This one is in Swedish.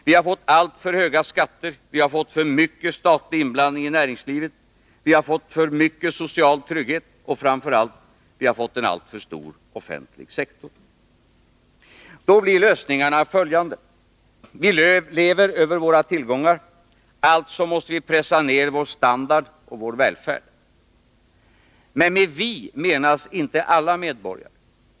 Vi har fått alltför höga skatter, vi har fått för mycket statlig inblandning i näringslivet, vi har fått för mycket social trygghet och, framför allt, vi har fått en alltför stor offentlig sektor. Då blir lösningarna följande. Vi lever över våra tillgångar — alltså måste vi pressa ned vår standard och vår välfärd. Men med ”vi” menas inte alla medborgare.